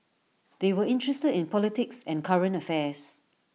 they were interested in politics and current affairs